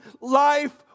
life